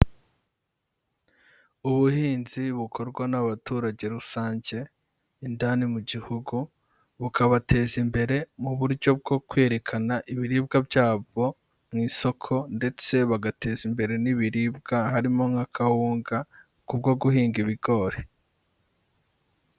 Ubuhinzi bukorwa n'abaturage rusange indani mu gihugu, bukabateza imbere mu buryo bwo kwerekana ibiribwa byabo mu isoko ndetse bagateza imbere n'ibiribwa, harimo nka kawunga k'ubwo guhinga ibigori.